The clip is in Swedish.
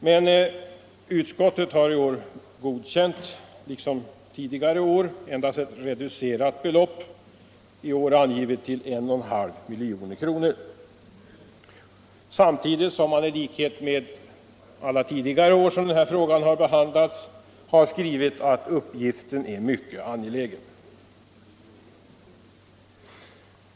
Men utskottet har i år — liksom tidigare år — godkänt endast ett reducerat belopp, nu angivet till 1,5 miljoner, samtidigt som utskottet i likhet med alla tidigare år då den här frågan behandlats har skrivit att uppgiften är mycket angelägen.